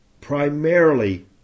Primarily